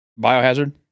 Biohazard